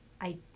I-